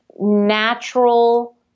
natural